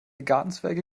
gartenzwerge